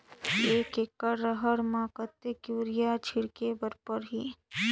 एक एकड रहर म कतेक युरिया छीटेक परही?